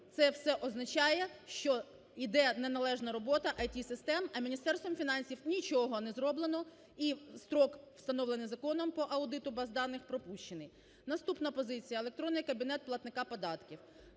Це все означає, що йде неналежна робота ІТ-систем, а Міністерством фінансів нічого не зроблено. І строк, встановлений законом по аудиту баз даних, пропущений. Наступна позиція. Електронний кабінет платника податків.